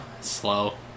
slow